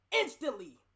Instantly